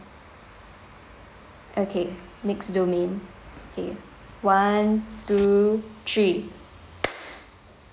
okay next domain okay one two three